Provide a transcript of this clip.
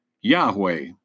Yahweh